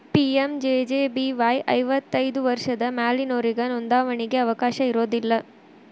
PMJJBY ಐವತ್ತೈದು ವರ್ಷದ ಮ್ಯಾಲಿನೊರಿಗೆ ನೋಂದಾವಣಿಗಿ ಅವಕಾಶ ಇರೋದಿಲ್ಲ